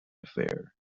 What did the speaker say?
affair